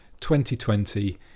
2020